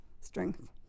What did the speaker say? strength